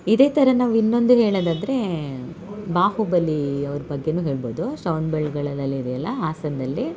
ಇದೇ ಥರ ನಾವು ಇನ್ನೊಂದು ಹೇಳೊದಾದ್ರೆ ಬಾಹುಬಲಿ ಅವ್ರ ಬಗ್ಗೆಯೂ ಹೇಳ್ಬೌದು ಶ್ರವಣಬೆಳಗೊಳದಲ್ಲಿದೆಯಲ್ಲ ಹಾಸನ್ದಲ್ಲಿ